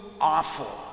awful